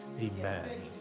Amen